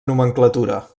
nomenclatura